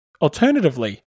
Alternatively